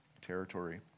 territory